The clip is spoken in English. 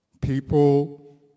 people